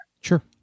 Sure